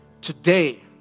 Today